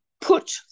put